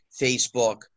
Facebook